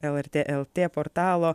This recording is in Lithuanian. lrt lt portalo